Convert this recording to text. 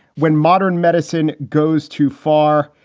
when modern medicine goes too far.